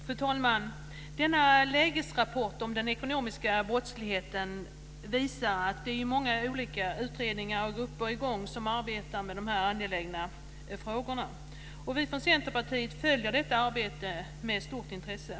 Fru talman! Denna lägesrapport om den ekonomiska brottsligheten visar att det är många olika utredningar och grupper i gång som arbetar med de här angelägna frågorna. Vi från Centerpartiet följer detta arbete med stort intresse.